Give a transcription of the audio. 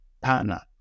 partner